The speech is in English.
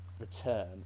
Return